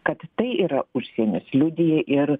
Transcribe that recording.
kad tai yra užsienis liudija ir